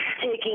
taking